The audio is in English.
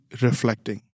reflecting